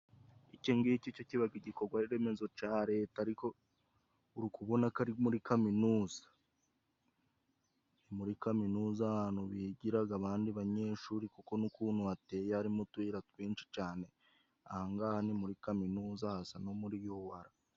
Ikingiki cyo kiba ibikorwa remezo cya Leta, aha urabona ko ari muri kaminuza, muri kaminuza higira abandi banyeshuri, kuko nukuntu hateye harimo utuyira twinshi cyane, ahangaha ni muri kaminuza hasa no muri UAR.